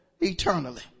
eternally